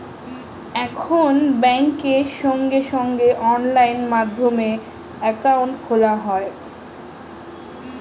এখন ব্যাংকে সঙ্গে সঙ্গে অনলাইন মাধ্যমে অ্যাকাউন্ট খোলা যায়